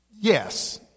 Yes